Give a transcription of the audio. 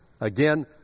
Again